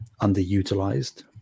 underutilized